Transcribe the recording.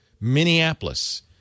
Minneapolis